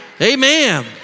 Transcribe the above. Amen